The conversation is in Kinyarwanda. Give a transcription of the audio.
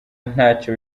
ntacyo